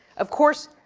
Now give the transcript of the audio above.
of course,